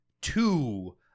two